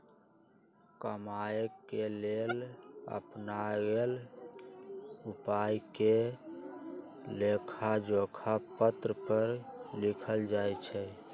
कमाए के लेल अपनाएल गेल उपायके लेखाजोखा पत्र पर लिखल जाइ छइ